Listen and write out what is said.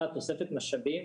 1. זה תוספת משאבים